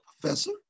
professor